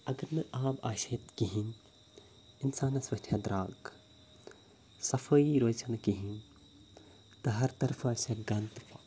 اگر نہٕ آب آسہِ ہے تہِ کِہیٖنۍ اِنسانَس وَتھِ ہا درٛاگ صفٲیی روزِ ہا نہٕ کِہیٖنۍ تہٕ ہر طرفہٕ آسہِ ہا گنٛد تہٕ فَکھ